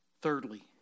Thirdly